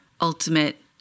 ultimate